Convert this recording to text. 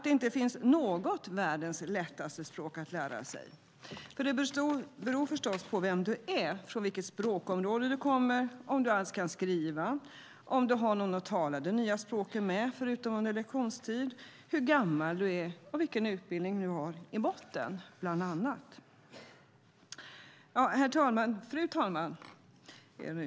Det finns inte något världens lättaste språk att lära sig. Det beror förstås på vem du är, från vilket språkområde du kommer, om du alls kan skriva, om du har någon att tala det nya språket med förutom under lektionstid, hur gammal du är och vilken utbildning du har i botten, bland annat. Fru talman!